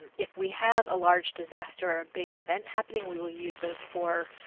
if we have a large disaster or big event happening we will use those four